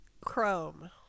chrome